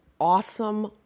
awesome